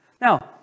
Now